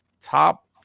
top